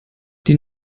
die